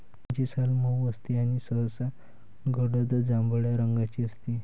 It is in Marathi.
त्याची साल मऊ असते आणि सहसा गडद जांभळ्या रंगाची असते